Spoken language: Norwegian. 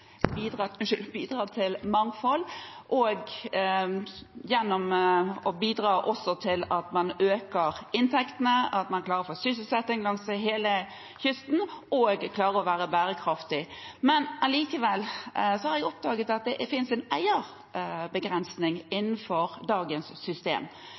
bidrar til mangfold og til at man øker inntektene, klarer å få sysselsetting langs hele kysten og klarer å være bærekraftig. Likevel har jeg oppdaget at det innenfor dagens system finnes en eierbegrensning